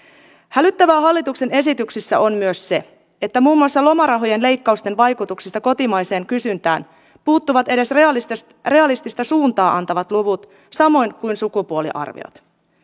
hälyttävää hallituksen esityksissä on myös se että muun muassa lomarahojen leikkausten vaikutuksista kotimaiseen kysyntään puuttuvat edes realistista realistista suuntaa antavat luvut samoin kuin sukupuoliarviot